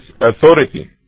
authority